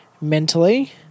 mentally